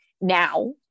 now